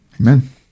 amen